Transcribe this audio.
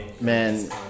man